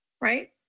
right